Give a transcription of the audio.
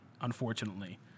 unfortunately